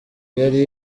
yari